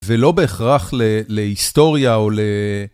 ולא בהכרח להיסטוריה או ל...